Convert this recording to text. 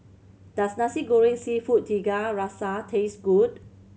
does Nasi Goreng Seafood Tiga Rasa taste good